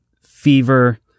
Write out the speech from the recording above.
fever